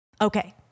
Okay